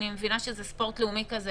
אני מבינה שזה ספורט לאומי כזה,